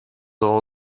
all